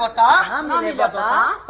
like da and um yeah and da